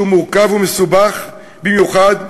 שהוא מורכב ומסובך במיוחד,